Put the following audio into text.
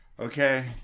Okay